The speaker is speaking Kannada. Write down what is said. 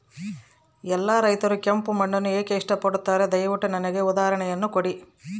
ಎಲ್ಲಾ ರೈತರು ಕೆಂಪು ಮಣ್ಣನ್ನು ಏಕೆ ಇಷ್ಟಪಡುತ್ತಾರೆ ದಯವಿಟ್ಟು ನನಗೆ ಉದಾಹರಣೆಯನ್ನ ಕೊಡಿ?